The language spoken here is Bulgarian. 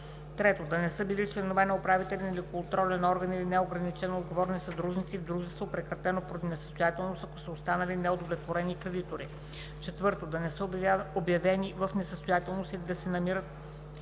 3. да не са били членове на управителен или контролен орган или неограничено отговорни съдружници в дружество, прекратено поради несъстоятелност, ако са останали неудовлетворени кредитори; 4. да не са обявявани в несъстоятелност или да не се намират